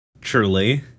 Truly